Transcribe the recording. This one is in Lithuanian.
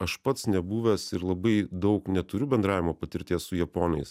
aš pats nebuvęs ir labai daug neturiu bendravimo patirties su japonais